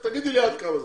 תגידי לי את כמה זמן.